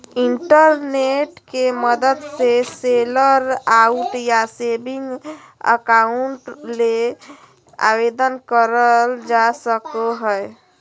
internet के मदद से सैलरी अकाउंट या सेविंग अकाउंट ले आवेदन करल जा सको हय